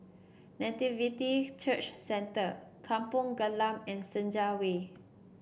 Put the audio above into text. Nativity Church Centre Kampong Glam and Senja Way